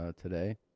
today